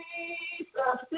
Jesus